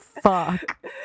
fuck